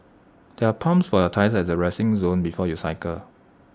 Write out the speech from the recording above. there are pumps for your tyres at the resting zone before you cycle